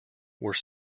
were